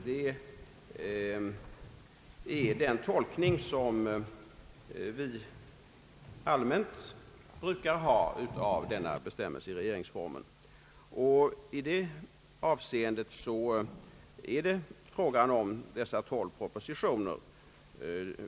Detta är den tolkning som vi allmänt brukar göra av regeringsformens bestämmelse, och då är det frågan om dessa tolv propositioner.